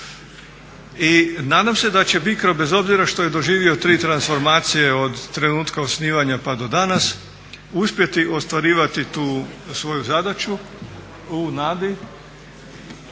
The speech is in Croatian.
I nadam se da će BICRO bez obzira što je doživio tri transformacije od trenutka osnivanja pa do danas uspjeti ostvarivati tu svoju zadaću u nadi